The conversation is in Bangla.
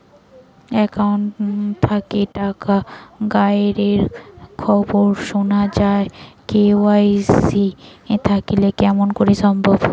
একাউন্ট থাকি টাকা গায়েব এর খবর সুনা যায় কে.ওয়াই.সি থাকিতে কেমন করি সম্ভব?